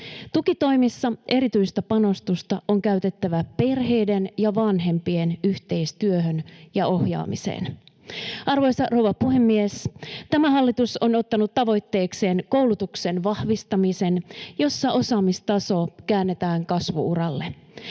Tukitoimissa erityistä panostusta on käytettävä perheiden ja vanhempien yhteistyöhön ja ohjaamiseen. Arvoisa rouva puhemies! Tämä hallitus on ottanut tavoitteekseen koulutuksen vahvistamisen, jossa osaamistaso käännetään kasvu-uralle.